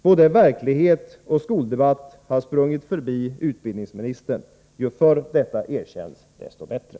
Både verklighet och skoldebatt har sprungit förbi Lena Hjelm-Wallén. Ju förr detta erkänns, desto bättre.